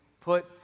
put